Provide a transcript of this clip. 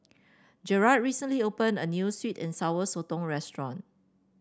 Jarad recently opened a new sweet and Sour Sotong restaurant